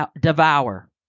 devour